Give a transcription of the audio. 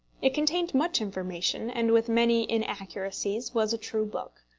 it contained much information, and, with many inaccuracies, was a true book.